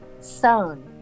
sewn